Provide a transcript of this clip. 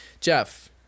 Jeff